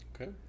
Okay